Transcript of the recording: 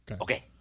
Okay